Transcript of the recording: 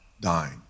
Dying